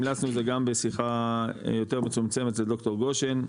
המלצנו את זה גם בשיחה יותר מצומצמת אצל ד"ר גושן,